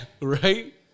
Right